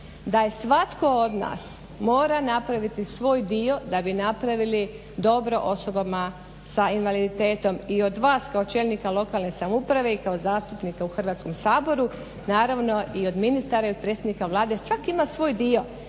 da svatko od nas mora napraviti svoj dio da bi napravili dobro osobama sa invaliditetom i od vas kao čelnika lokalne samouprave i kao zastupnika u Hrvatskom saboru, naravno i od ministara i od predstavnika Vlade svak ima svoj dio.